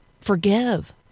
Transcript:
Forgive